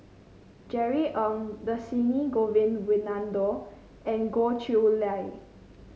Jerry Ng Dhershini Govin Winodan and Goh Chiew Lye